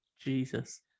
Jesus